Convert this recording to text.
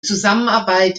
zusammenarbeit